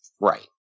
Right